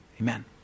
amen